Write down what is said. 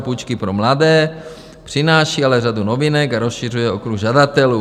Půjčky pro mladé, přináší ale řadu novinek a rozšiřuje okruh žadatelů.